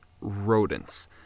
rodents